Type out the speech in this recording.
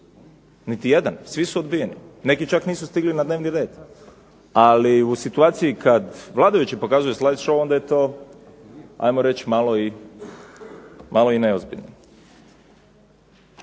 Niti jedan. Svi su odbijeni. Neki čak nisu stigli na dnevni red. Ali u situaciji kad vladajući pokazuju slide show onda je to ajmo reći malo i neozbiljno.